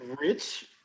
rich